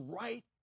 right